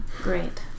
Great